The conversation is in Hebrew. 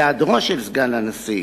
בהיעדרו של סגן הנשיא